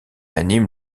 anime